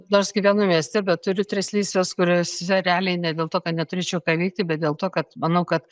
nors gyvenu mieste bet turiu tris lysves kuriose realiai ne dėl to kad neturėčiau ką veikti bet dėl to kad manau kad